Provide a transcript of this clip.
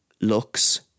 looks